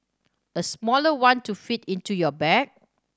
a smaller one to fit into your bag